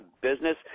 business